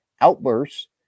outbursts